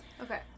Okay